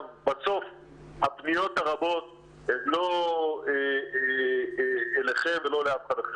בסוף הפניות הרבות הן לא אליכם ולא לאף אחד אחר,